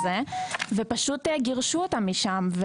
ופשט גירשו אותם משם.